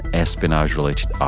espionage-related